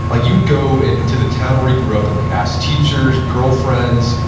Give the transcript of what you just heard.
ah you would go into the town where he grew up and like ask teachers, girlfriends,